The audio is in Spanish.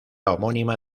homónima